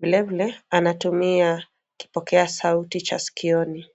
Vilevile, anatumia kipokea sauti cha sikioni.